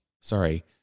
Sorry